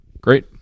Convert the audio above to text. Great